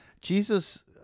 Jesus